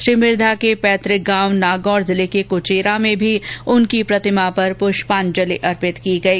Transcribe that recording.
श्री मिर्घा के पैतृक गांव नागौर जिले के कुचेरा में उनकी प्रतिमा पर पुष्पांजलि अर्पित की गई